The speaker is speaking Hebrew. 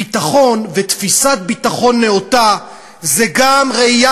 ביטחון ותפיסת ביטחון נאותה זה גם ראייה